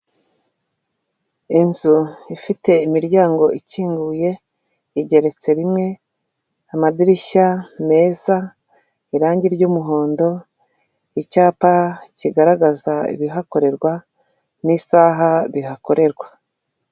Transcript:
Inzu ifite imiryango ikinguye, igeretse rimwe, amadirishya meza, irangi ry'umuhondo, icyapa kigaragaza ibihakorerwa n'isaha bihakorerwa.